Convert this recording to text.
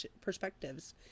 perspectives